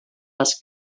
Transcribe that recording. les